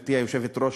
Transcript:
גברתי היושבת-ראש,